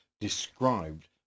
described